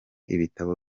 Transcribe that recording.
ibitabo